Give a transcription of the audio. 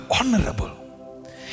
honorable